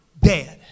dead